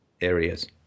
areas